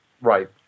Right